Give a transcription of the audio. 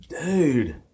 dude